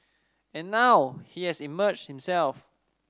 and now he has emerged himself